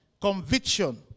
conviction